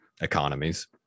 economies